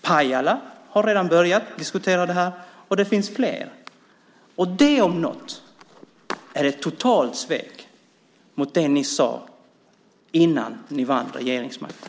Pajala har redan börjat diskutera det här, och det finns fler. Det om något är ett totalt svek mot det ni sade innan ni vann regeringsmakten.